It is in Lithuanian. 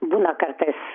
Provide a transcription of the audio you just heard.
būna kartais